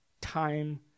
Time